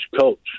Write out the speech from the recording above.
coach